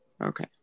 Okay